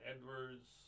Edwards